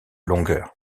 longueur